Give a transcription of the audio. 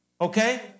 Okay